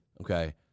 Okay